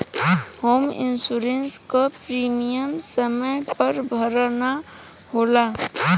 home insurance क premium समय पर भरना होला